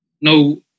no